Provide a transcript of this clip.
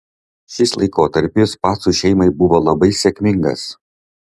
šis laikotarpis pacų šeimai buvo labai sėkmingas